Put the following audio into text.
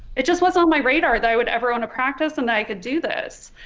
it just was on my radar that i would ever own a practice and i could do this